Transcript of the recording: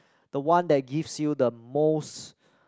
the one that gives you the most